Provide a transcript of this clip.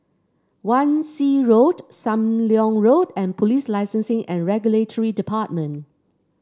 Wan Shih Road Sam Leong Road and Police Licensing and Regulatory Department